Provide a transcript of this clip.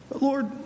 Lord